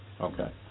Okay